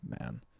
man